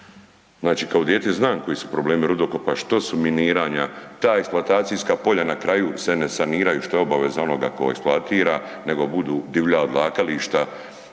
Znači kao dijete znam koji su problemi rudokopa, što su miniranja, ta eksploatacijska polja na kraju se ne saniraju, što je obaveza onoga tko eksploatira, nego budu divlja odlagališta